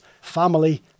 family